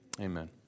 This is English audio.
Amen